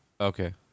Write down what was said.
Okay